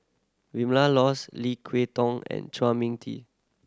Vilma Laus Lim Kay Tong and Chua Mia Tee